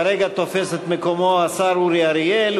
כרגע תופס את מקומו השר אורי אריאל,